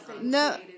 No